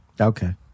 Okay